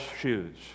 shoes